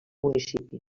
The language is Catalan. municipi